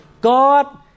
God